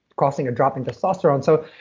causing a drop in testosterone. so